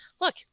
look